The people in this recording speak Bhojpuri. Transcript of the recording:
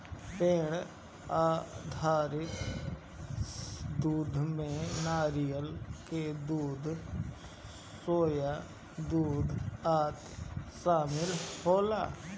पेड़ आधारित दूध में नारियल के दूध, सोया दूध आदि शामिल होला